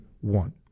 one